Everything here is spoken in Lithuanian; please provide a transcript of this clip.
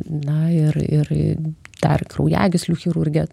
na ir ir dar kraujagyslių chirurgė